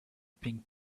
pink